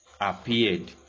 appeared